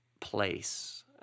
place